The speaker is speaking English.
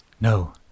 No